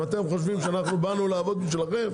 אם אתם חושבים שבאנו לעבוד בשבילכם